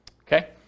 Okay